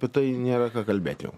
apie tai nėra ką kalbėt jau